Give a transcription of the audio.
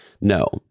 No